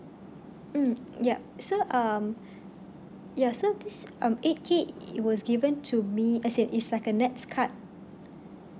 mm yup so um yeah so this um eight K it was given to me as it is like a nets card